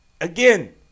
Again